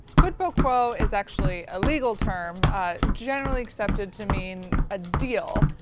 quid pro quo is actually a legal term generally accepted to mean a deal.